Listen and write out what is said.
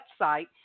website